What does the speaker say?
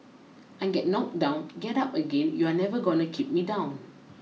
I get knocked down get up again you're never gonna keep me down